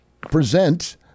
present